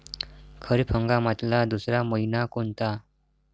खरीप हंगामातला दुसरा मइना कोनता?